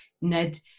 Ned